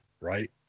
right